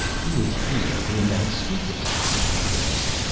who is he of whom thou speakest he asked.